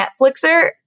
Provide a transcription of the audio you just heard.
Netflixer